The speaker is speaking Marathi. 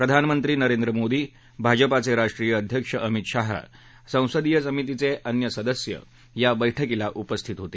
प्रधानमंत्री नरेंद्र मोदी भाजपाचे राष्ट्रीय अध्यक्ष अमित शाह आणि संसदीय समितीचे अन्य सदस्य या बैठकीला उपस्थित होते